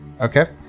okay